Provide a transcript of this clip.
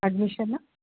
admission